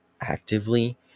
actively